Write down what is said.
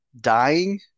dying